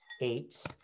eight